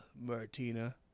Martina